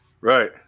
Right